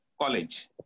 college